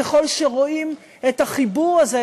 ככל שרואים את החיבור הזה,